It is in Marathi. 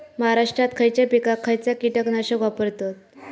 महाराष्ट्रात खयच्या पिकाक खयचा कीटकनाशक वापरतत?